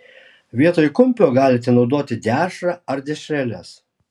vietoj kumpio galite naudoti dešrą ar dešreles